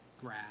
grab